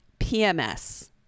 PMS